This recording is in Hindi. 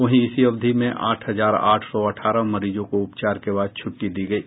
वहीं इसी अवधि में आठ हजार आठ सौ अठारह मरीजों को उपचार के बाद छुट्टी दी गयी